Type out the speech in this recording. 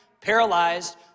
paralyzed